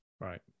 Right